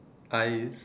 eyes